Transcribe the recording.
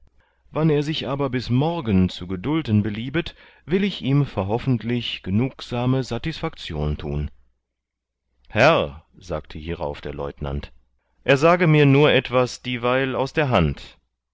wann er sich aber bis morgen zu gedulten beliebet will ich ihm verhoffentlich genugsame satisfaktion tun herr sagte hierauf der leutenant er sage mir nur etwas dieweil aus der hand